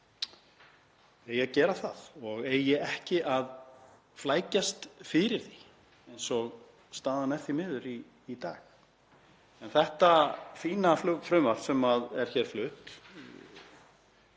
eigi að gera það og eigi ekki að flækjast fyrir því eins og staðan er því miður í dag. Það fína frumvarp sem hér er flutt